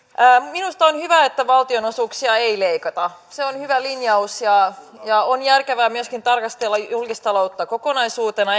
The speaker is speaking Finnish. minusta on hyvä että valtionosuuksia ei leikata se on hyvä linjaus ja ja on järkevää myöskin tarkastella julkistaloutta kokonaisuutena